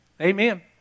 Amen